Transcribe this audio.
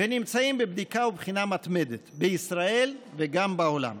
ונמצאים בבדיקה ובחינה מתמדת, בישראל וגם בעולם.